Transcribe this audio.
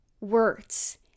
words